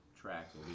tracks